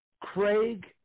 Craig